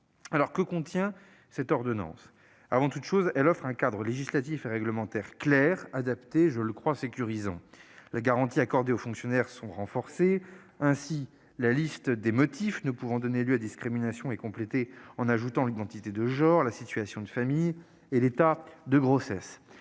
locales. Que contient l'ordonnance ? Elle offre avant tout un cadre législatif et réglementaire clair, adapté et sécurisant. Les garanties accordées aux fonctionnaires sont renforcées. Ainsi, la liste des motifs ne pouvant donner lieu à discrimination est complétée par l'ajout de l'identité de genre, la situation de famille et l'état de grossesse.